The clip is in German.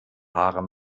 haare